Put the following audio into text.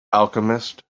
alchemist